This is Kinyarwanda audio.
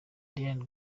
diane